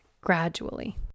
gradually